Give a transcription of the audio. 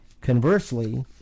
Conversely